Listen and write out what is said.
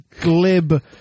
glib